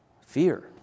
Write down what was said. Fear